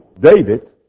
David